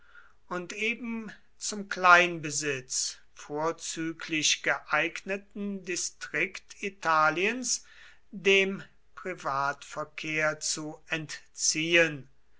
und eben zum kleinbesitz vorzüglich geeigneten distrikt italiens dem privatverkehr zu entziehen